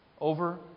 over